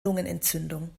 lungenentzündung